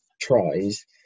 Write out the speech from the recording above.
tries